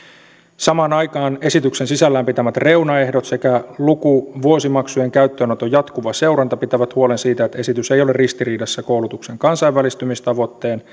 samaan aikaan esityksen sisällään pitämät reunaehdot sekä lukuvuosimaksujen käyttöönoton jatkuva seuranta pitävät huolen siitä että esitys ei ole ristiriidassa koulutuksen kansainvälistymistavoitteen